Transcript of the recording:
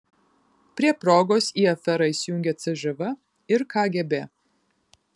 prie progos į aferą įsijungia cžv ir kgb